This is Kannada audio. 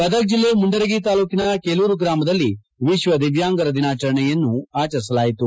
ಗದಗ ಜಿಲ್ಲೆ ಮುಂಡರಗಿ ತಾಲೂಕಿನ ಕೇಲೂರು ಗ್ರಾಮದಲ್ಲಿ ವಿಶ್ವ ದಿವ್ಯಾಂಗರ ದಿನಾಚರಣೆಯನ್ನು ಆಚರಿಸಲಾಯಿತು